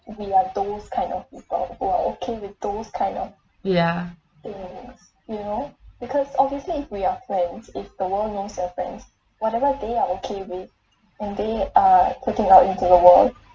ya